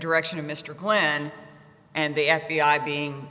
direction of mr clan and the f b i being